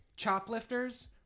Choplifters